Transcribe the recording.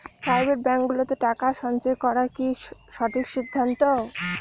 Private ব্যাঙ্কগুলোতে টাকা সঞ্চয় করা কি সঠিক সিদ্ধান্ত?